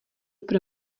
pro